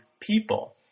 people